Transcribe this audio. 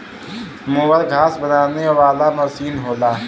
mower घास बनावे वाला मसीन होला